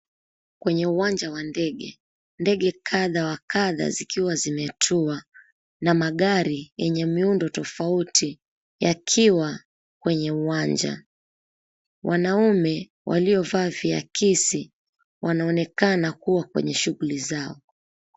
Kwenye uwanja wa ndege, ndege kadhaa wa kadhaa zikiwa zimetua, na magari yenye miundo tofauti yakiwa kwenye uwanja. Wanaume waliovaa vyakisi wanaonekana kuwa kwenye shughuli zao.